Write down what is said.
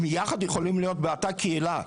הם יחד יכולים להיות באותה קהילה.